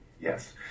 Yes